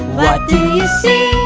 what do you see?